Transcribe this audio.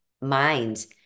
mind